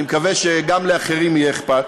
אני מקווה שגם לאחרים יהיה אכפת.